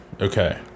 Okay